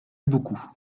beaucoup